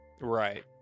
Right